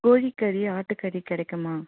கோழிக்கறி ஆட்டுக்கறி கிடைக்குமா